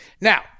Now